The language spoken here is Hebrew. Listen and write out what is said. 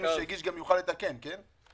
מי שהגיש גם יוכל לתקן, כן?